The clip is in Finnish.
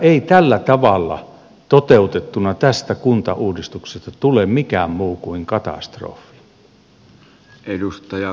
ei tällä tavalla toteutettuna tästä kuntauudistuksesta tule mikään muu kuin katastrofi